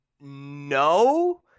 No